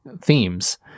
themes